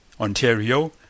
Ontario